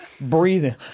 Breathing